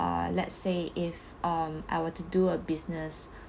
uh let's say if um I were to do a business